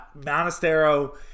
Monastero